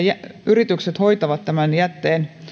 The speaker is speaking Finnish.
yritykset hoitavat tämän